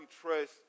trust